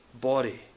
body